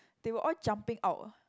they were all jumping out eh